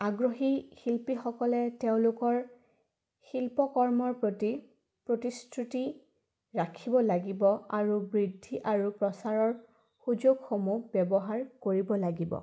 আগ্ৰহী শিল্পীসকলে তেওঁলোকৰ শিল্পকৰ্মৰ প্ৰতি প্ৰতিশ্ৰুতি ৰাখিব লাগিব আৰু বৃদ্ধি আৰু প্ৰচাৰৰ সুযোগসমূহ ব্যৱহাৰ কৰিব লাগিব